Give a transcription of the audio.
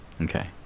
Okay